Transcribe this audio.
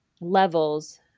levels